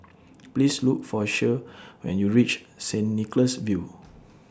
Please Look For Cher when YOU REACH Saint Nicholas View